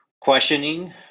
questioning